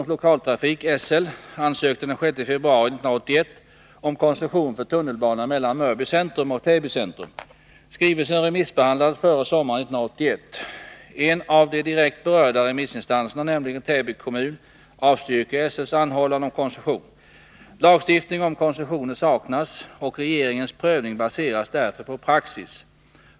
Skrivelsen remissbehandlades före sommaren 1981. En av de direkt berörda remissinstanserna, nämligen Täby kommun, avstyrker SL:s anhållan om koncession. Lagstiftning om koncessioner saknas, och regeringens prövning baseras därför på praxis.